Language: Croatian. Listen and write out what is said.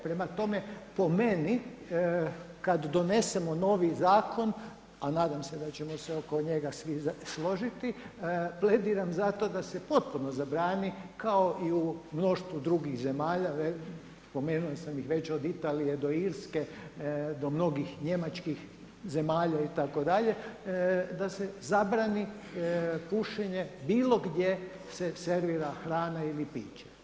Prema tome, po meni kada donesemo novi zakon, a nadam se da ćemo se svi oko njega složiti, plediram za to da se potpuno zabrani kao i u mnoštvu drugih zemalja, spomenuo sam već od Italije do Irske do mnogih njemačkih zemalja itd., da se zabrani pušenje bilo gdje se servira hrana ili piće.